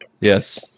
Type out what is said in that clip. Yes